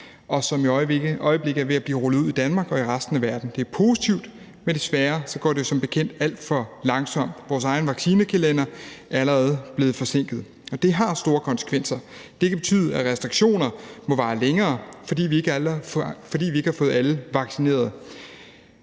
som i øjeblikket er ved at blive rullet ud i Danmark og i resten af verden. Det er positivt, men desværre går det som bekendt alt for langsomt. Vores egen vaccinekalender er allerede blevet forsinket. Det har store konsekvenser. Det kan betyde, at restriktioner må vare længere, fordi vi ikke har fået alle vaccineret